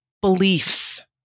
beliefs